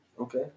Okay